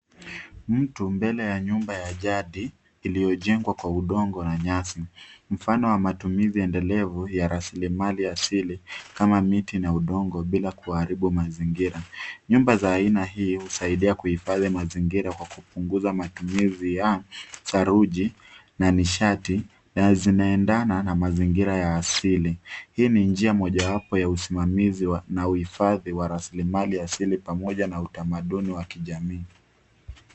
Mtu mbele ya nyumba ya jadi, iliyojengwa kwa udongo na nyasi. Mfano wa matumizi endelevu, ya rasilimali asili, kama miti na udongo bila kuharibu mazingira. Nyumba za aina hii husaidia kuhifadhi mazingira kwa kupunguza matumizi ya saruji na nishati, na zinaendana na mazingira ya asili. Hii ni njia mojawapo ya usimamizi na uhifadhi wa rasilimali asili pamoja na utamaduni wa kijamii.